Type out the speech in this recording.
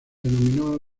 denominó